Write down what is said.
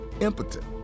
impotent